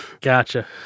gotcha